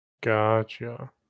Gotcha